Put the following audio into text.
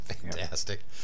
Fantastic